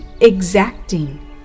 exacting